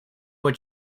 what